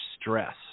stress